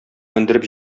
мендереп